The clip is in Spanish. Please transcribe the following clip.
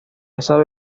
esta